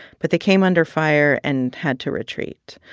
but they came under fire and had to retreat.